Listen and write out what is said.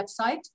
website